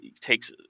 takes